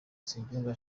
nsengiyumva